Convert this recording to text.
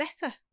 better